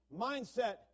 mindset